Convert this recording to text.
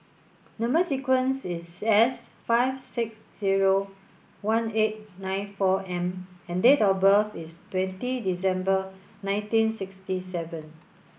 number sequence is S five six zero one eight nine four M and date of birth is twenty December nineteen sixty seven